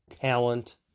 talent